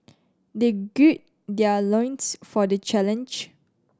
they gird their loins for the challenge